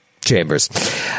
Chambers